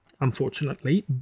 unfortunately